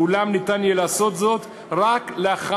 ואולם יהיה ניתן לעשות זאת רק לאחר